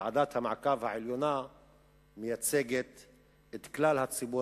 וועדת המעקב העליונה מייצגת את כלל הציבור